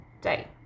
day